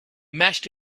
mashed